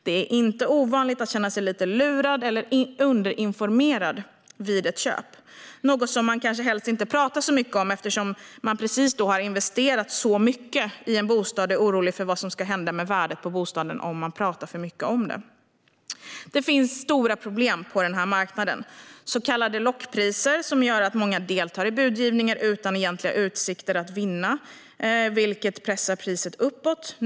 Det är inte ovanligt att känna sig lite lurad eller underinformerad vid ett köp, något som man kanske helst inte pratar så mycket om, eftersom man precis då har investerat så mycket i en bostad och är orolig för vad som ska hända med värdet på bostaden om man pratar för mycket om det. Det finns stora problem på den här marknaden. Så kallade lockpriser gör att många deltar i budgivningar utan egentliga utsikter att vinna, vilket pressar priset uppåt.